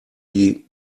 die